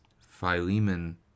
Philemon